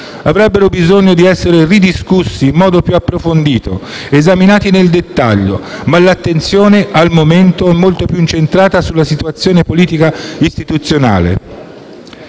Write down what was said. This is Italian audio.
avrebbero bisogno di essere ridiscussi in modo più approfondito ed esaminati nel dettaglio, ma l'attenzione al momento è molto più incentrata sulla situazione politica e istituzionale.